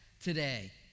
today